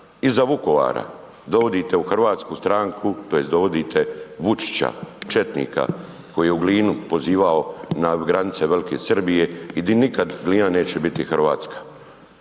iza Vukovara dovodite u Hrvatsku stranku tj. dovodite Vučića četnika koji u Glinu pozivao na granice Velike Srbije i di nikad Glina neće biti Hrvatska.